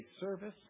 service